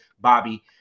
Bobby